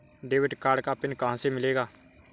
Debit card का pin कहां से मिलेगा?